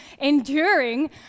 enduring